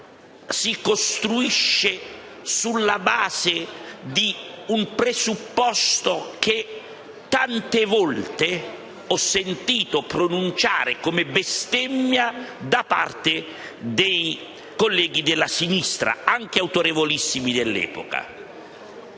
si costruisce sulla base di un presupposto che tante volte ho sentito pronunciare come bestemmia da parte di colleghi, anche autorevolissimi, della